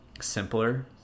simpler